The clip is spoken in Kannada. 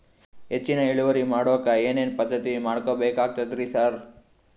ಹೆಚ್ಚಿನ್ ಇಳುವರಿ ಮಾಡೋಕ್ ಏನ್ ಏನ್ ಪದ್ಧತಿ ಮಾಡಬೇಕಾಗ್ತದ್ರಿ ಸರ್?